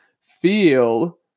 feel